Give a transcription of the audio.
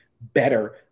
better